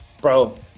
Bro